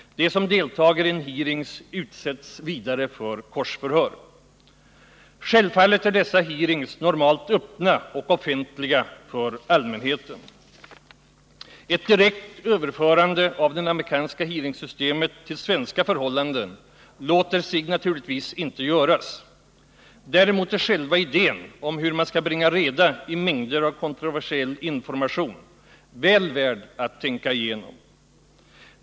De som deltar i hearings utsätts vidare för korsförhör. Självfallet är dessa hearings normalt öppna och offentliga för allmänheten. Ett direkt överförande av det amerikanska hearingsystemet till svenska förhållanden låter sig naturligtvis inte göras. Däremot är själva idén om hur man skall bringa reda i mängder av kontroversiell information väl värd att tänka igenom.